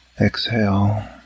Exhale